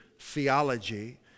theology